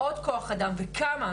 עוד כוח אדם וכמה.